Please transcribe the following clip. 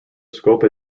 scope